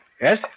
Yes